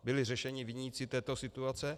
Byli řešeni viníci této situace?